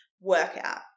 workout